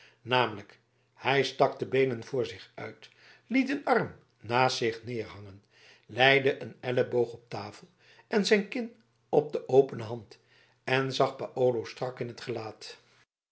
namelijk hij stak de beenen voor zich uit liet een arm naast zich neerhangen leide een elleboog op tafel en zijn kin op de opene hand en zag paolo strak in t gelaat